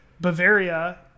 Bavaria